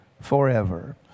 forever